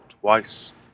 twice